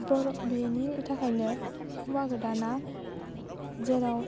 बेनि थाखायनो हौवा गोदाना जेराव